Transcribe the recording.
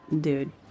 Dude